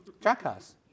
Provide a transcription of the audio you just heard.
Jackass